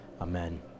Amen